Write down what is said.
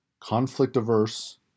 conflict-averse